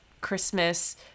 Christmas